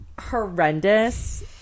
horrendous